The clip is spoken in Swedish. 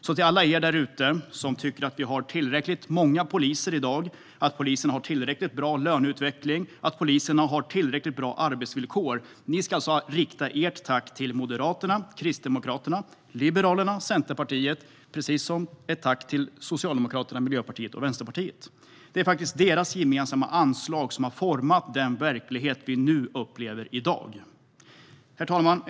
Alla ni där ute som tycker att vi har tillräckligt många poliser i dag, att polisen har tillräckligt bra löneutveckling och att poliserna har tillräckligt bra arbetsvillkor ska alltså rikta ert tack till Moderaterna, Kristdemokraterna, Liberalerna och Centerpartiet, liksom till Socialdemokraterna, Miljöpartiet och Vänsterpartiet. Det är deras gemensamma anslag som har format den verklighet vi upplever i dag. Herr talman!